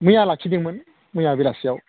मैया लाखिदोंमोन मैया बेलासियाव